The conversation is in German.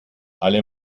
alle